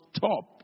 top